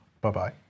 Bye-bye